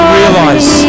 realize